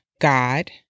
God